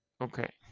Okay